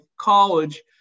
college